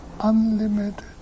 unlimited